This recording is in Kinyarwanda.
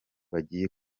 bagiye